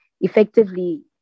effectively